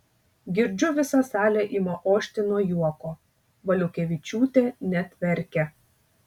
girdžiu visa salė ima ošti nuo juoko valiukevičiūtė net verkia